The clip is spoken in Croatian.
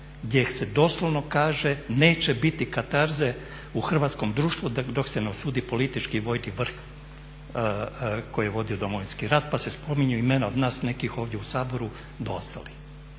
gdje ih se doslovno kaže neće biti katarze u hrvatskom društvu dok se ne osudi politički i vojni vrh koji je vodio Domovinski rat. Pa se spominju imena od nas nekih ovdje u Saboru do ostalih.